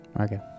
Okay